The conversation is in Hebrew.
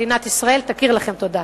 מדינת ישראל תכיר לכם תודה.